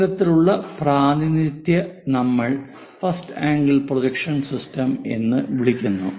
ഇത്തരത്തിലുള്ള പ്രാതിനിധ്യത്തെ നമ്മൾ ഫസ്റ്റ് ആംഗിൾ പ്രൊജക്ഷൻ സിസ്റ്റം എന്ന് വിളിക്കുന്നു